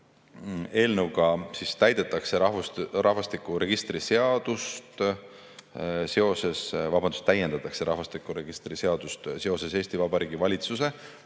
Eelnõuga täiendatakse rahvastikuregistri seadust seoses Eesti Vabariigi valitsuse